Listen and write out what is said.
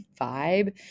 vibe